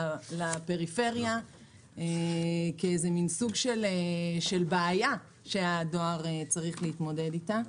לפריפריה כאיזה מן סוג של בעיה שהדואר צריך להתמודד איתה.